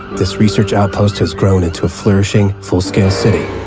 this research outpost has grown into a flourishing full-scale city.